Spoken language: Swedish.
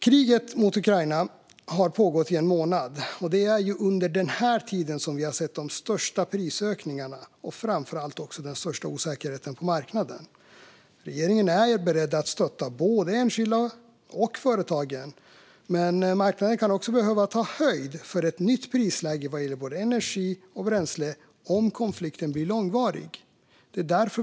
Kriget mot Ukraina har pågått i en månad, och det är under den här tiden som vi har sett de största prisökningarna och framför allt också den största osäkerheten på marknaden. Regeringen är beredd att stötta både enskilda och företag, men marknaden kan också behöva ta höjd för ett nytt prisläge vad gäller både energi och bränsle om konflikten blir långvarig.